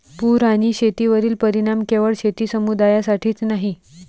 पूर आणि शेतीवरील परिणाम केवळ शेती समुदायासाठीच नाही